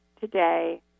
Today